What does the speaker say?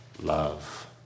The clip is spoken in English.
love